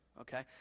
okay